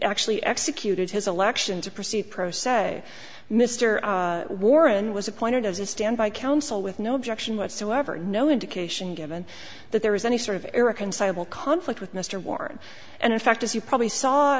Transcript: actually executed his election to proceed pro se mr warren was appointed as a standby counsel with no objection whatsoever no indication given that there was any sort of irreconcilable conflict with mr ward and in fact as you probably saw